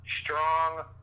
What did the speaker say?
strong